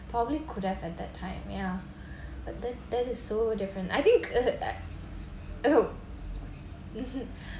probably could have at that time ya but that that is so different I think oh